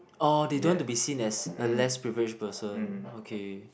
oh they don't want to be seen as a less privileged person okay